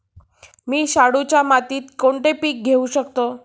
मी शाडूच्या मातीत कोणते पीक घेवू शकतो?